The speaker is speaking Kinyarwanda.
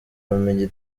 bamenya